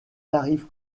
tarifs